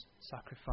sacrifice